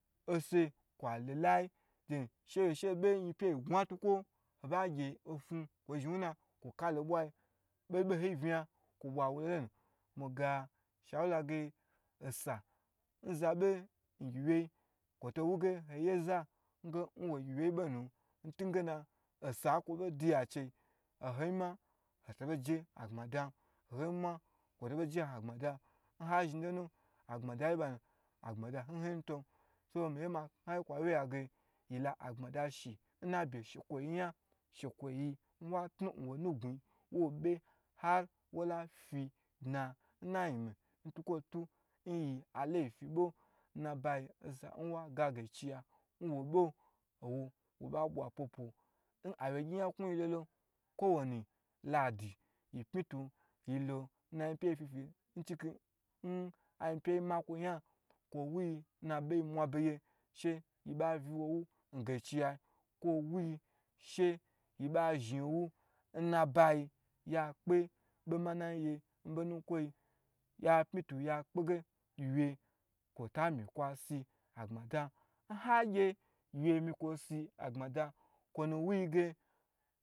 Ose kwalo layi den she yin pye yi be kwo gnu atukwo ho ba gye ofa kwo ka lo n bwayi bobo hoyi vnaya kwo bwa wu lon, mi ga shawula ge ose nza bei ngyiweye kwo to wu ge hoyeze nwogyiwebonu n tugena osa kwo bo duya chei nhoyin ma ho to bo je agbada, nhoyima hotobe je agbmadan, nha zhi lonu agbmadayi ba nu agbmadayi banu agbada hn hn yin nu ton so miyi makna ho kwa wye ye yila agbma da she shekwo yan shekwoyi nwa tnu nwo naguyi ar wo be wola fidna nayin ntukwo tu nyi alaifi bo, nnabayi oza waga gaichiy wo ba bwa pwo pwo awegyi nyaknu yilolo kwo woni ladi yi pmi tu yi lo she ayipme wyi makwo yan kwo wuyi she yi ba viwo wu m gaichiyayi kwo woyi she yi ba zhi wu nnabayi ya kpa bo manayi yi nbo nukwo nukwogiyi ya pmi to ya kpe ge gyiwye kwota mi kwa si agbma dam nhagye gyiwge mi kwo si agbma da kwo nu wu yi ge